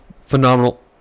phenomenal